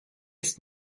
ist